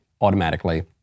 automatically